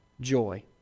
joy